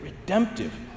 redemptive